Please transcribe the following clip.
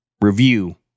review